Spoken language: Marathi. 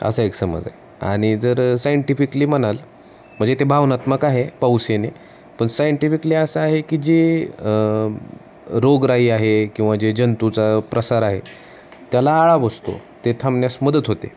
असा एक समज आहे आणि जर सायंटिफिकली म्हणाल म्हणजे ते भावनात्मक आहे पाऊस येणे पण सायंटिफिकली असं आहे की जे रोगराई आहे किंवा जे जंतूचा प्रसार आहे त्याला आळा बसतो ते थांबण्यास मदत होते